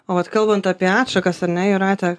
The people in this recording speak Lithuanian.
o vat kalbant apie atšakas ane jūrate